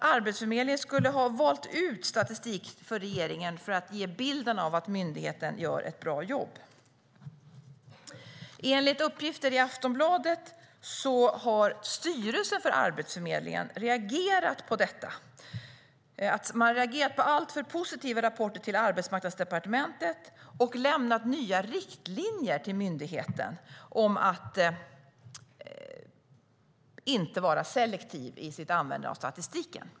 Arbetsförmedlingen ska ha valt ut statistik till regeringen för att ge bilden av att myndigheten gör ett bra jobb. Enligt uppgifter i Aftonbladet har styrelsen för Arbetsförmedlingen reagerat på alltför positiva rapporter till Arbetsmarknadsdepartementet och lämnat nya riktlinjer till myndigheten om att inte vara selektiv i sitt användande av statistiken.